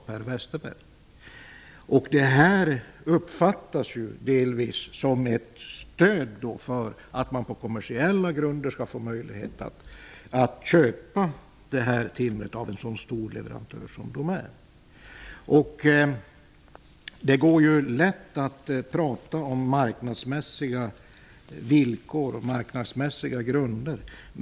Detta meddelande uppfattas delvis som ett stöd för att man på kommersiella grunder skall få möjlighet att köpa timret av en så stor leverantör som Det är lätt att prata om marknadsmässiga villkor och grunder.